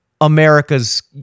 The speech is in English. America's